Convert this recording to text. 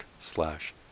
slash